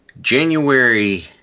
January